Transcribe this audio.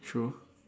true